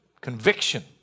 Conviction